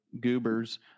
goobers